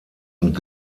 und